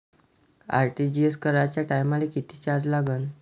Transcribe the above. RTGS कराच्या टायमाले किती चार्ज लागन?